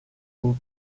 aux